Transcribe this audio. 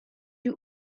you